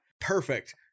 perfect